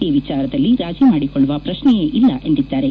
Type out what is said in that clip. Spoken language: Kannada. ಈ ವಿಚಾರದಲ್ಲಿ ರಾಜೀ ಮಾಡಿಕೊಳ್ಳುವ ಶ್ರಕ್ಷೆಯೇ ಇಲ್ಲ ಎಂದಿದ್ದಾರೆ